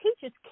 teachers